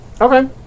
Okay